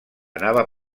anava